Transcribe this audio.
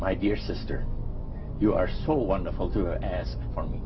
my dear sister you are so wonderful to her as for me